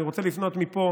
אני רוצה לפנות מפה